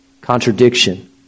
contradiction